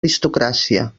aristocràcia